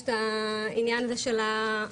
יש את העניין הזה של הפנסיה,